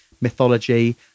mythology